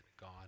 God